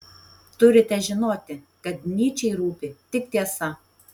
turite žinoti kad nyčei rūpi tik tiesa